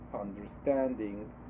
understanding